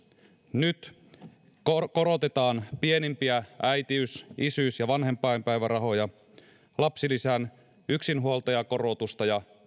nyt korotetaan pienimpiä äitiys isyys ja vanhempainpäivärahoja lapsilisän yksinhuoltajakorotusta ja